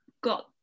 got